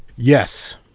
yes.